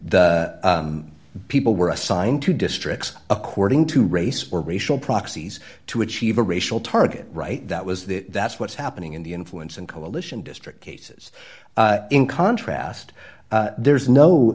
the people were assigned to districts according to race or racial proxies to achieve a racial target right that was the that's what's happening in the influence and coalition district cases in contrast there is no